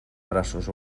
braços